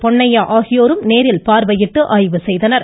பொன்னையா ஆகியோரும் இன்று நேரில் பார்வையிட்டு ஆய்வு செய்தனா்